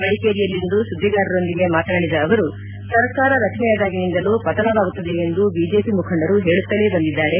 ಮಡಿಕೇರಿಯಲ್ಲಿಂದು ಸುದ್ದಿಗಾರರೊಂದಿಗೆ ಮಾತನಾಡಿದ ಅವರು ಸರ್ಕಾರ ರಚನೆಯಾದಾಗಿನಿಂದಲೂ ಪತನವಾಗುತ್ತದೆ ಎಂದು ಬಿಜೆಪಿ ಮುಖಂಡರು ಹೇಳುತ್ತಲೆ ಬಂದಿದ್ದಾರೆ